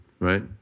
Right